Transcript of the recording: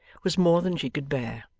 was more than she could bear.